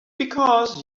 because